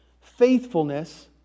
Faithfulness